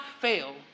fail